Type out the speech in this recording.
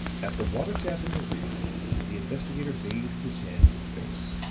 at the water tap in the rear the investigator bathed his hands and face